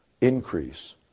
increase